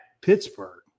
Pittsburgh